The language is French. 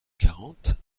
quarante